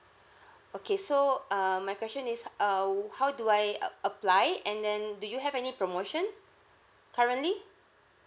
okay so err my question is uh how do I uh apply and then do you have any promotion currently